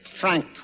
Frank